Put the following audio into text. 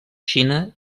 xina